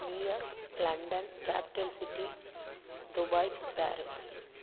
New York London capital city Dubai Paris